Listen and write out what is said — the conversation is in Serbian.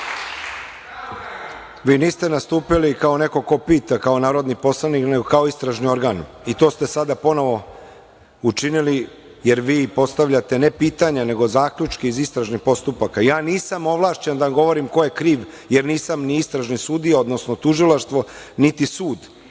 Vi niste nastupili kao neko ko pita kao narodni poslanik, nego kao istražni organ i to ste sada ponovo učinili, jer vi postavljate ne pitanja, nego zaključke iz istražnih postupaka. Ja nisam ovlašćen da govorim ko je kriv, jer nisam ni istražni sudija, odnosno tužilaštvo, niti sud